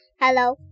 Hello